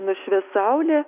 nušvis saulė